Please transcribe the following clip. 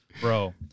Bro